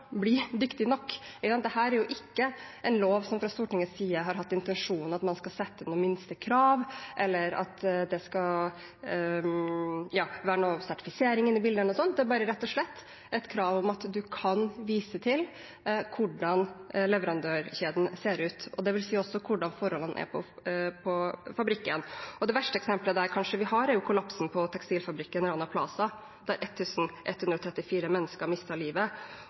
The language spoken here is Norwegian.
er ikke en lov som fra Stortingets side har hatt som intensjon at man skal sette noe minstekrav, eller at det skal være noen form for sertifisering inne i bildet. Det er rett og slett et krav om at man kan vise til hvordan leverandørkjeden ser ut, og det vil også si hvordan forholdene er på fabrikken. Det kanskje verste eksemplet vi har, er kollapsen på tekstilfabrikken Rana Plaza, der 1 134 mennesker mistet livet.